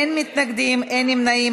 אין מתנגדים, אין נמנעים.